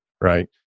right